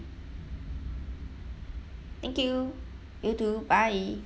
thank you you too bye